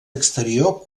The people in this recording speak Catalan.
exterior